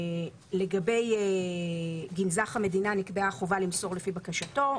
לגבי גנזך המדינה נקבעה חובה לפי בקשתו,